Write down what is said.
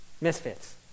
misfits